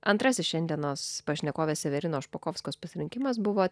antrasis šiandienos pašnekovės severinos špakovskos pasirinkimas buvo